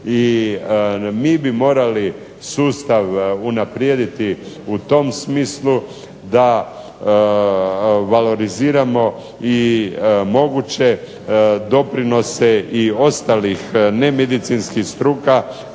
mi bi morali sustav unaprijediti u tom smislu da valoriziramo i moguće doprinose i ostalih nemedicinskih struka,